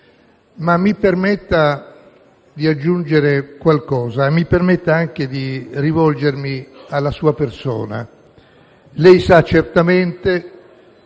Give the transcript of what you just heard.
ma mi permetta di aggiungere qualcosa e anche di rivolgermi alla sua persona. Lei sa certamente,